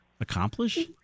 accomplish